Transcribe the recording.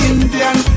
Indian